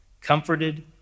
comforted